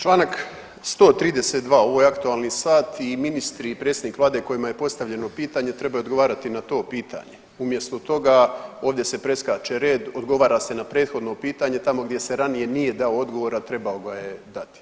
Čl. 132., ovo je aktualni sat i ministri i predsjednik vlade kojima je postavljeno pitanje trebaju odgovarati na to pitanje, umjesto toga ovdje se preskače red, odgovara se na prethodno pitanje, tamo gdje se ranije nije dao odgovor, a trebao ga je dati.